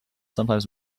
sometimes